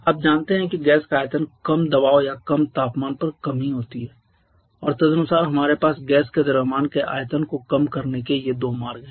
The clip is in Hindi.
आप जानते हैं कि गैस का आयतन कम दबाव या कम तापमान पर कम ही होती है और तदनुसार हमारे पास गैस के द्रव्यमान के आयतन को कम करने के ये दो मार्ग हैं